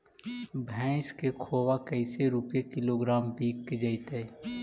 भैस के खोबा कैसे रूपये किलोग्राम बिक जइतै?